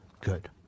good